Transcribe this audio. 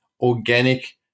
organic